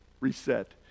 Reset